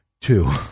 two